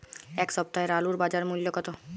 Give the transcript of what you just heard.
এ সপ্তাহের আলুর বাজার মূল্য কত?